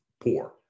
poor